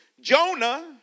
Jonah